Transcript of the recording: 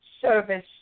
service